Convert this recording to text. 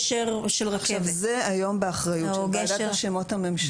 זה היום באחריות של ועדת השמות הממשלתית.